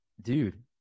Dude